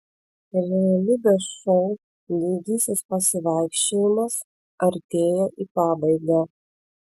realybės šou didysis pasivaikščiojimas artėja į pabaigą